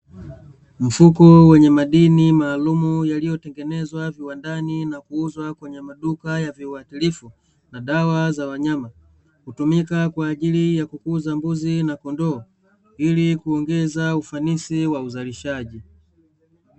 Mfuko wenye madini maalumu yaliyotengenezwa viwandani na kuuzwa kwenye maduka ya viwatilifu, na dawa za wanyama, Hutumika kwa ajili ya kukuza mbuzi na kondoo, ili kuongeza ufanisi wa uzalishaji.